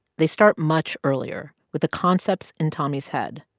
they start much earlier with the concepts in tommy's head.